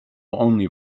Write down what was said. only